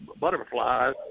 butterflies